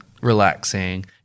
relaxing